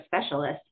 specialist